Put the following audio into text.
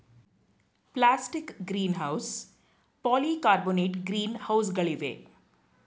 plastic greenhouse, polycarbonate green ಹೌಸ್ಗಳಿವೆ